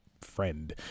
friend